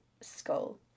Skull